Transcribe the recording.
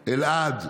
ואלעד,